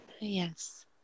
yes